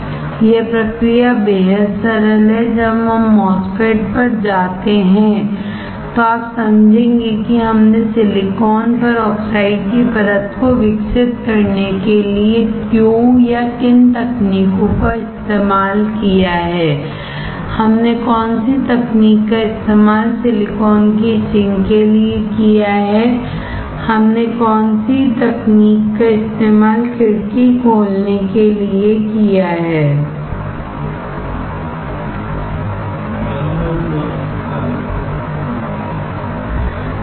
यह प्रक्रिया बेहद सरल है जब हम MOSFET पर जाते हैं तो आप समझेंगे कि हमने सिलिकॉन पर ऑक्साइड की परत को विकसित करने के लिए क्यों या किन तकनीकों का इस्तेमाल किया है हमने कौन सी तकनीक का इस्तेमाल सिलिकॉन की इचिंग के लिए किया है हमने कौन सी तकनीक का इस्तेमाल खिड़की खोलने के लिए किया है सही